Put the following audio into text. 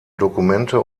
dokumente